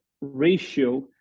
ratio